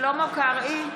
שלמה קרעי,